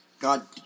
God